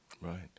Right